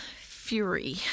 Fury